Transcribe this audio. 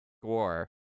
score